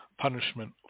punishment